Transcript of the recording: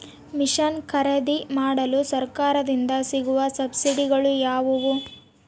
Mission ಖರೇದಿಮಾಡಲು ಸರಕಾರದಿಂದ ಸಿಗುವ ಸಬ್ಸಿಡಿಗಳು ಯಾವುವು?